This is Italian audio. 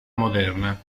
moderna